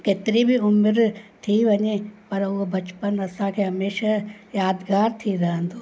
केतिरी बि उमिरि थी वञे पर उहो बचपन असांखे हमेशा यादगार थी रहंदो